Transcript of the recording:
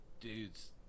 dudes